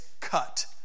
cut